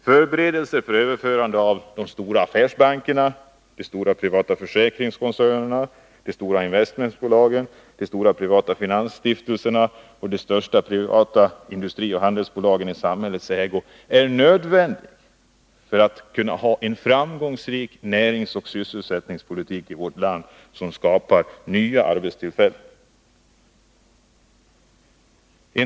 Förberedelser för överförande till de stora affärsbankerna, de stora privata försäkringskoncernerna, de stora investmentbolagen, de stora privata finansstiftelserna och de största privata industrioch handelsbolagen i samhällets ägo är nödvändiga för att vi i vårt land skall kunna föra en framgångsrik näringsoch sysselsättningspolitik som skapar nya arbetstillfällen.